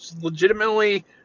legitimately